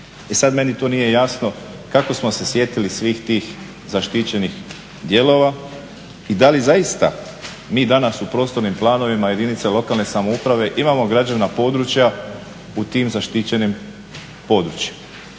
E sad meni tu nije jasno kako smo se sjetili svih tih zaštićenih dijelova i da li zaista mi danas u prostornim planovima jedinca lokalne samouprave imamo građevna područja u tim zaštićenim područjima?